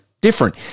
different